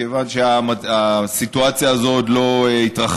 כיוון שהסיטואציה הזאת עוד לא התרחשה.